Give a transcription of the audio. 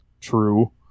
True